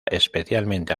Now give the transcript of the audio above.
especialmente